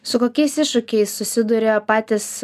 su kokiais iššūkiais susiduria patys